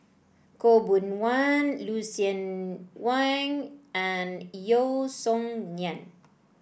Khaw Boon Wan Lucien Wang and Yeo Song Nian